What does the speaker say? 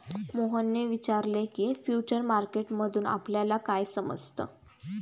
मोहनने विचारले की, फ्युचर मार्केट मधून आपल्याला काय समजतं?